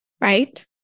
right